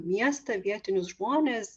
miestą vietinius žmones